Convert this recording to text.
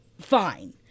Fine